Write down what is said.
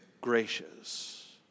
gracious